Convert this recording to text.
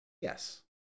Yes